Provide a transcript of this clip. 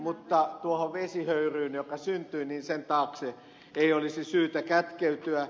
mutta tuohon vesihöyryyn joka syntyi sen taakse ei olisi syytä kätkeytyä